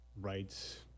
rights